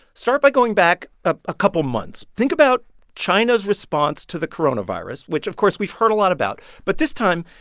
start by going back a couple months. think about china's response to the coronavirus, which, of course, we've heard a lot about. but this time,